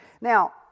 Now